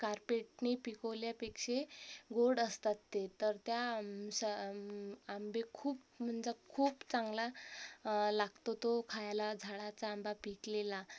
कार्पेटने पिकवल्यापेक्षा गोड असतात ते तर त्या आंब सा आंबे खूप म्हणजे खूप चांगला लागतो तो खायला झाडाचा आंबा पिकलेला